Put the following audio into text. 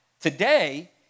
Today